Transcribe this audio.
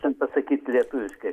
ten pasakyt lietuviškai